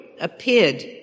appeared